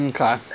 Okay